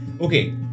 Okay